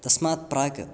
तस्मात् प्राक्